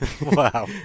Wow